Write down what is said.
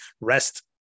rest